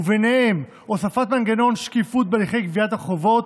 ובהם: הוספת מנגנוני שקיפות בהליכי גביית החובות,